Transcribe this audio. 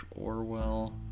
Orwell